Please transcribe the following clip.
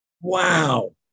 wow